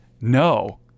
no